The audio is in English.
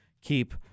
keep